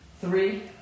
three